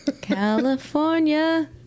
California